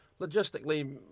logistically